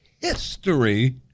History